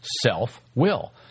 Self-will